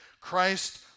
Christ